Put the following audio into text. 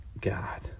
God